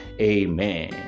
Amen